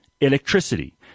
electricity